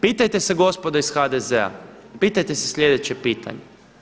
Pitajte se gospodo iz HDZ-a, pitajte se sljedeće pitanje.